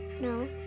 No